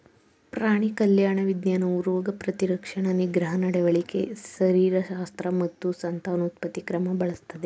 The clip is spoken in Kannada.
ಪ್ರಾಣಿ ಕಲ್ಯಾಣ ವಿಜ್ಞಾನವು ರೋಗ ಪ್ರತಿರಕ್ಷಣಾ ನಿಗ್ರಹ ನಡವಳಿಕೆ ಶರೀರಶಾಸ್ತ್ರ ಮತ್ತು ಸಂತಾನೋತ್ಪತ್ತಿ ಕ್ರಮ ಬಳಸ್ತದೆ